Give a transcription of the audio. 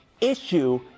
issue